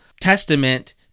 testament